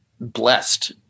blessed